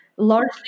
Largely